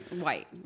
white